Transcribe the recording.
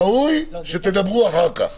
ראוי שתדברו אחר כך.